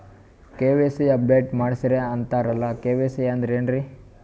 KYC update ಮಾಡಸ್ರೀ ಅಂತರಲ್ಲ KYC ಅಂದ್ರ ಏನ್ರೀ?